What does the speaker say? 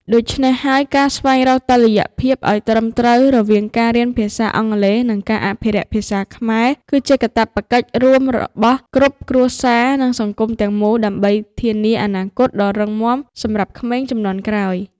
ដូច្នេះហើយ ការស្វែងរកតុល្យភាពអោយត្រឹមត្រូវរវាងការរៀនភាសាអង់គ្លេស និងការអភិរក្សភាសាខ្មែរ គឺជាកាតព្វកិច្ចរួមរបស់គ្រប់គ្រួសារ និងសង្គមទាំងមូល ដើម្បីធានាអនាគតដ៏រឹងមាំសម្រាប់ក្មេងជំនាន់ក្រោយ។